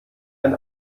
ein